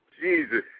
Jesus